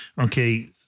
okay